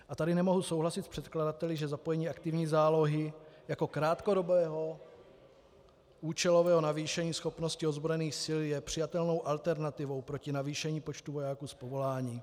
A tady nemohu souhlasit s předkladateli, že zapojení aktivní zálohy jako krátkodobého účelového navýšení schopnosti ozbrojených sil je přijatelnou alternativou proti navýšení počtu vojáků z povolání.